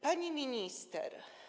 Pani Minister!